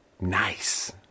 nice